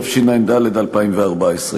התשע"ד 2014,